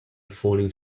falling